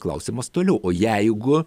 klausimas toliau o jeigu